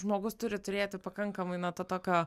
žmogus turi turėti pakankamai na to tokio